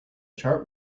chart